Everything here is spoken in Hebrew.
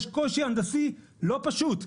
יש קושי הנדסי לא פשוט.